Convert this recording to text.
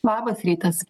labas rytas